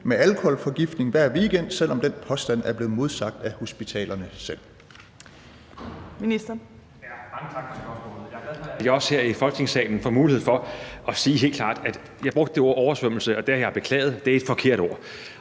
med alkoholforgiftning hver weekend, selv om den påstand er blevet modsagt af hospitalerne selv?